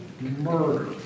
murder